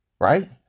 Right